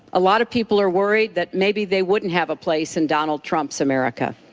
a lot of people are worried that maybe they wouldn't have a place in donald trump's america.